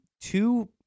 two